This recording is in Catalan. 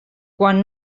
quan